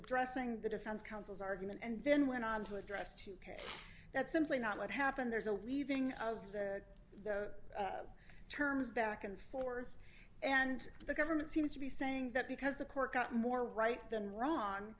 addressing the defense counsel's argument and then went on to address to case that's simply not what happened there's a reading of the terms back and forth and the government seems to be saying that because the court got more right than wrong